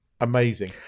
amazing